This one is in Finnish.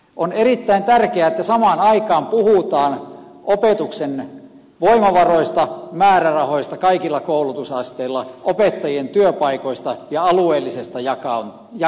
on erittäin tärkeä että samaan aikaan puhutaan opetuksen voimavaroista määrärahoista kaikilla koulutusasteilla opettajien työpaikoista ja alueellisesta jakaantumisesta